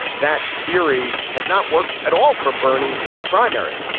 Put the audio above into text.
that theory has not worked at all for bernie in the primary.